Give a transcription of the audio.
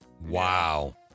Wow